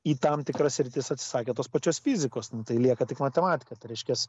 į tam tikras sritis atsisakė tos pačios fizikos nu tai lieka tik matematika tai reiškias